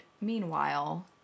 meanwhile